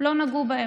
לא נגעו בהם,